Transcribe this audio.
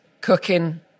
cooking